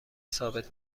ثابت